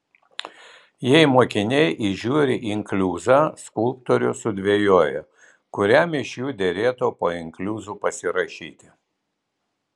jei mokiniai įžiūri inkliuzą skulptorius sudvejoja kuriam iš jų derėtų po inkliuzu pasirašyti